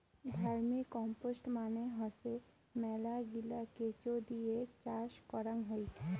vermicompost মানে হসে মেলাগিলা কেঁচো দিয়ে চাষ করাং হই